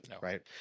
right